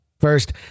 First